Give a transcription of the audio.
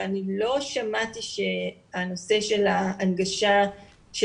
אבל אני לא שמעתי שהנושא של ההנגשה של